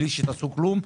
בלי שתעשו כלום.